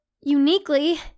uniquely